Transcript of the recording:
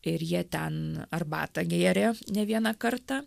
ir jie ten arbatą gėrė ne vieną kartą